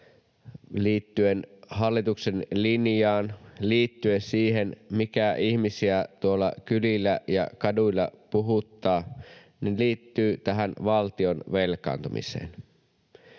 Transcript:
liittyen hallituksen linjaan, liittyen siihen, mikä ihmisiä tuolla kylillä ja kaduilla puhuttaa, liittyy tähän valtion velkaantumiseen.